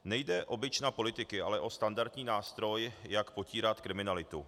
Nejde o bič na politiky, ale o standardní nástroj, jak potírat kriminalitu.